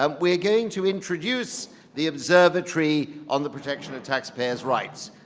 um we're going to introduce the observatory on the protection of taxpayers' rights.